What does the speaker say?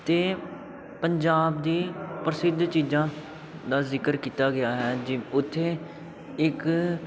ਅਤੇ ਪੰਜਾਬ ਦੀ ਪ੍ਰਸਿੱਧ ਚੀਜ਼ਾਂ ਦਾ ਜ਼ਿਕਰ ਕੀਤਾ ਗਿਆ ਹੈ ਜੀ ਉੱਥੇ ਇੱਕ